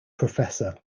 professor